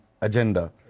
agenda